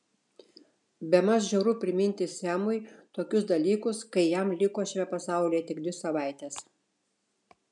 bemaž žiauru priminti semui tokius dalykus kai jam liko šiame pasaulyje tik dvi savaitės